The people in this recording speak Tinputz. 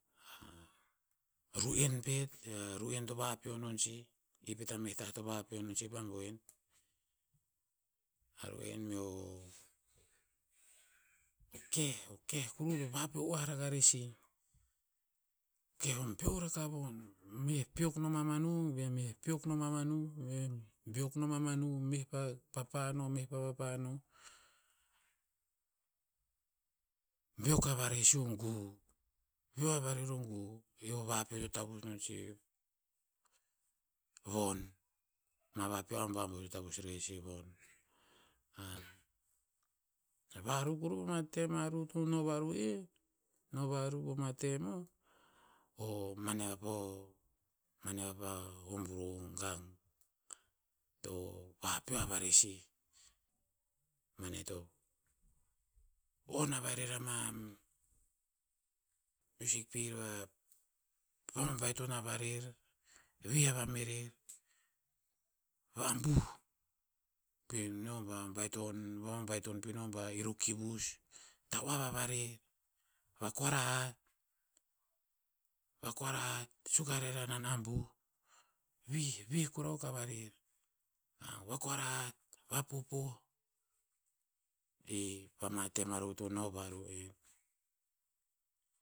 Ru'en pet. A ru'en to vapeo non sih. I pet a meh tah to vapeo non si pa boen. A ru'en meo, o keh- o keh kuruh to vapeo oah raka rer sih. Keh o beor aka von. M- eh peok noma manuh ba meh peok noma manuh, meh boek noma manuh, meh pa papan o meh papapan o. Boek va varer si o gu. Veo a rer o gu. I o vapeo to tavus non sih. Von. Ma vapeo abuabuh to tanus rer si von. varu kuru pama tem to no varu er. No varu pama tem o. O mane vapo- mane vapa, hom bru, gang. To vapeo a varer sih. Mane to on a varer ama miusik pir. Va- va babaiton a varer. Vih ava merer, va abuh. Pino bah baiton. Vababaiton pino rer ba ir o kivus. Ta'oev a varer. Vakoarahat. Vakoarahat. Suk arer a hanan abuh. Vih- vih kura akuk a varer. A vakoarahhat, vapopoh. I, pama tem aruh to no varu er.